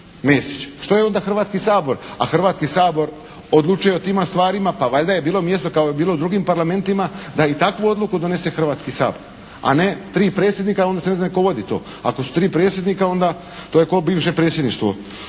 Mesić. Što je onda Hrvatski sabor, a Hrvatski sabor odlučuje o tima stvarima, pa valjda je bilo mjesto kao u drugim parlamentima, da i takvu odluku donese Hrvatski sabor, a ne tri predsjednika onda se ne zna tko vodi to. Ako su tri predsjednika, onda to je ko' bivše predsjedništvo